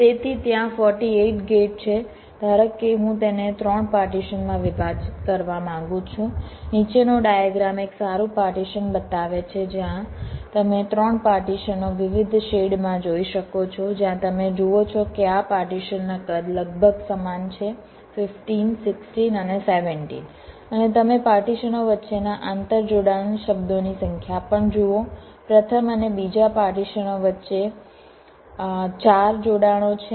તેથી ત્યાં 48 ગેટ છે ધારો કે હું તેને 3 પાર્ટીશનમાં વિભાજિત કરવા માંગુ છું નીચેનો ડાયગ્રામ એક સારું પાર્ટીશન બતાવે છે જ્યાં તમે 3 પાર્ટીશનો વિવિધ શેડ માં જોઈ શકો છો જ્યાં તમે જુઓ છો કે આ પાર્ટીશનના કદ લગભગ સમાન છે 15 16 અને 17 અને તમે પાર્ટીશનો વચ્ચેના આંતરજોડાણ શબ્દોની સંખ્યા પણ જુઓ પ્રથમ અને બીજા પાર્ટીશનો વચ્ચે 4 જોડાણો છે